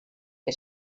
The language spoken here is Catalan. que